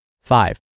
Five